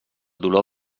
dolor